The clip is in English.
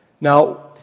Now